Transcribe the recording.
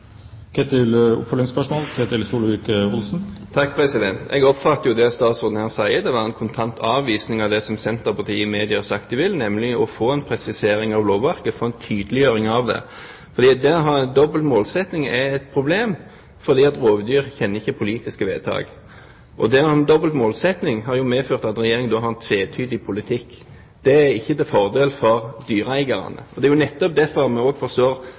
Jeg oppfatter det statsråden her sier, som en kontant avvisning av det Senterpartiet i media har sagt de vil, nemlig å få en presisering av lovverket – få en tydeliggjøring av det. For dobbelt målsetting er et problem, fordi rovdyr ikke kjenner politiske vedtak. Det å ha en dobbelt målsetting har medført at Regjeringen har en tvetydig politikk. Det er ikke til fordel for dyreeierne. Derfor, forstår vi, har Senterpartiet nå, med Fremskrittspartiets støtte, ønsket en presisering, nettopp slik at vi